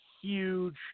huge